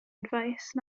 advice